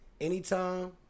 Anytime